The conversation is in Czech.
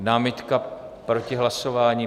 Námitka proti hlasování.